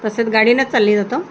तसंच गाडीनेच चालली जातं